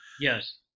yes